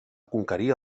conquerir